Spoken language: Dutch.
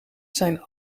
zijn